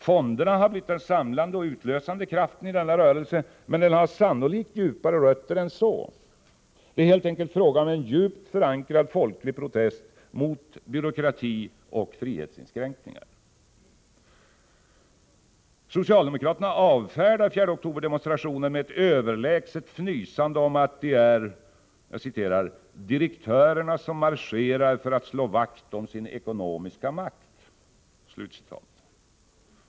Fonderna har blivit den samlande och utlösande kraften i denna rörelse, men den har sannolikt djupare rötter än så. Det är helt enkelt fråga om en djupt förankrad folklig protest mot byråkrati och frihetsinskränkningar. Socialdemokraterna avfärdar 4 oktober-demonstrationen med ett överlägset fnysande om att det är ”direktörerna som marscherar för att slå vakt om sin ekonomiska makt”.